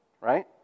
Right